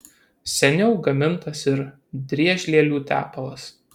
seniau gamintas ir driežlielių tepalas